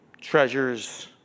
treasures